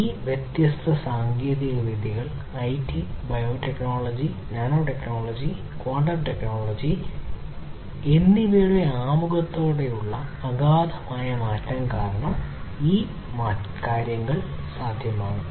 ഈ വ്യത്യസ്ത സാങ്കേതികവിദ്യകൾ IT biotechnology nano technology quantum technology എന്നിവയുടെ ആമുഖത്തോടെയുള്ള അഗാധമായ മാറ്റം കാരണം ഈ കാര്യങ്ങൾ സാധ്യമാണ്